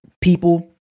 people